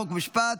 חוק ומשפט.